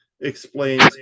explains